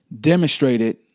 demonstrated